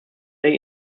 day